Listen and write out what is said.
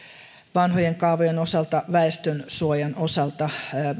vanhojen kaavojen osalta väestönsuojan osalta